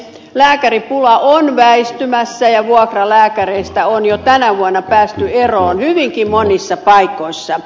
lääkäripula on väistymässä ja vuokralääkäreistä on jo tänä vuonna päästy eroon hyvinkin monissa paikoissa